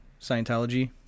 Scientology